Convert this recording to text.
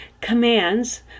commands